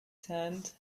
turned